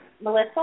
Melissa